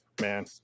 man